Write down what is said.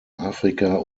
afrika